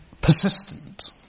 persistent